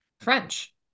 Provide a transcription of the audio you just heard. French